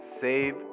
save